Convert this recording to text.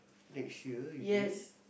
next year is it